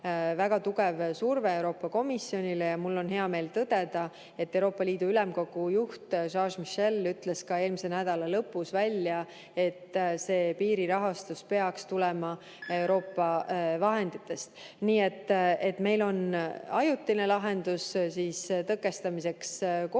väga tugev surve Euroopa Komisjonile ja mul on hea meel tõdeda, et Euroopa Ülemkogu juht Charles Michel ütles ka eelmise nädala lõpus välja, et piiri rahastus peaks tulema Euroopa vahenditest. Nii et meil on ajutine lahendus koheseks tõkestamiseks ja